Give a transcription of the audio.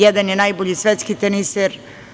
Jedan je najbolji svetski teniser.